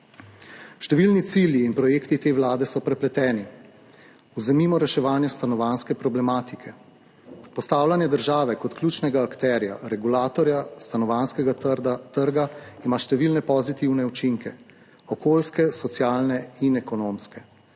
Številni cilji in projekti te vlade so prepleteni. Vzemimo reševanje stanovanjske problematike. Postavljanje države kot ključnega akterja, regulatorja stanovanjskega trga ima številne pozitivne učinke, okoljske, socialne in ekonomske.